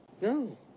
No